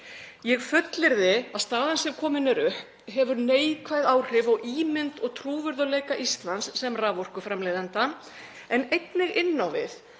Ég fullyrði að staðan sem komin er upp hefur neikvæð áhrif á ímynd og trúverðugleika Íslands sem raforkuframleiðenda en einnig inn á við